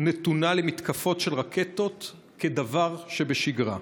נתונה למתקפות של רקטות כדבר שבשגרה.